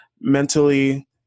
mentally